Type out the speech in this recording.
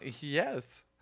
Yes